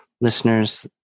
Listeners